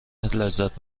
لذت